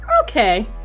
Okay